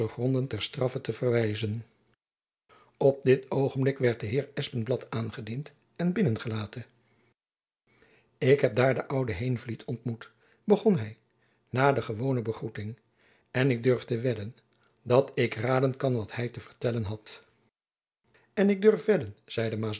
gronden ter straffe te verwijzen op dit oogenblik werd de heer van espenblad aangediend en binnen gelaten ik heb daar den ouden heenvliet ontmoet begon hy na de gewone begroeting en ik durf wedden dat ik raden kan wat hy te vertellen had en ik durf wedden zeide